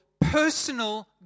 personal